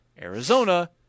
Arizona